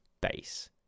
base